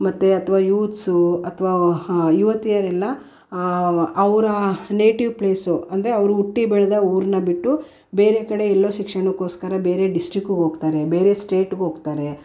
ಮತ್ತು ಅಥ್ವಾ ಯೂತ್ಸು ಅಥ್ವಾ ಹಾಂ ಯುವತಿಯರೆಲ್ಲ ಅವರ ನೇಟಿವ್ ಪ್ಲೇಸು ಅಂದರೆ ಅವರು ಹುಟ್ಟಿ ಬೆಳೆದ ಊರನ್ನು ಬಿಟ್ಟು ಬೇರೆ ಕಡೆ ಎಲ್ಲೋ ಶಿಕ್ಷಣಕ್ಕೋಸ್ಕರ ಬೇರೆ ಡಿಸ್ಟ್ರಿಕ್ಕಿಗೆ ಹೋಗ್ತಾರೆ ಬೇರೆ ಸ್ಟೇಟಿಗೆ ಹೋಗ್ತಾರೆ